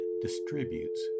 distributes